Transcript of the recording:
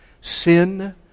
Sin